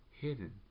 hidden